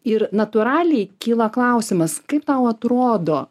ir natūraliai kyla klausimas kaip tau atrodo